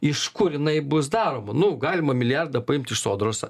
iš kur jinai bus daroma nu galima milijardą paimti iš sodros